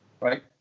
right